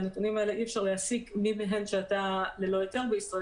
מהנתונים האלה אי אפשר להסיק מי מהן שהתה ללא היתר בישראל